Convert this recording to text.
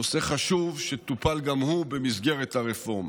נושא חשוב שטופל גם הוא במסגרת הרפורמה.